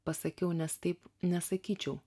pasakiau nes taip nesakyčiau